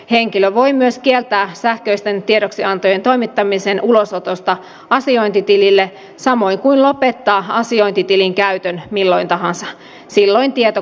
henkilö voi myös kieltää sähköisten tiedoksiantojen toimittamisen ulosotosta asiointitilille samoin kuin lopettaa asiointitilin käytön milloin tahansa silloin tieto kulkee kirjeitse